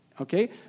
Okay